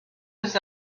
his